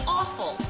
awful